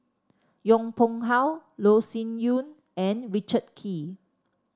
Yong Pung How Loh Sin Yun and Richard Kee